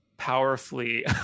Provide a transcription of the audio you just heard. Powerfully